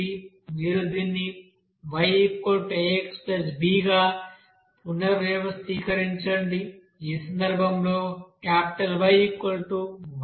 మీరు దీన్ని y aXb గా పునర్వ్యవస్థీకరించండి ఈ సందర్భంలో క్యాపిటల్ Yy2